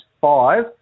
five